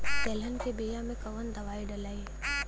तेलहन के बिया मे कवन दवाई डलाई?